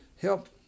help